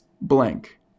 blank